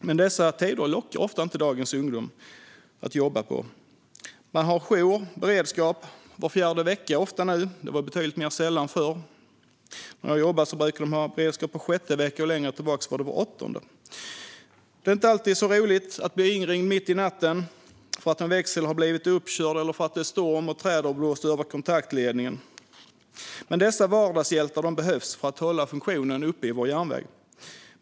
Men dessa arbetstider lockar oftast inte dagens ungdomar. Nu har man ofta jour och beredskap var fjärde vecka. Det var betydligt mer sällan förr. När jag jobbade brukade det vara beredskap var sjätte vecka. Längre tillbaka var det var åttonde. Det är inte alltid roligt att bli inringd mitt i natten för att en växel har blivit uppkörd eller för att det är storm och träd har fallit över kontaktledningen. Men dessa vardagshjältar behövs för att hålla funktionen uppe på vår järnväg.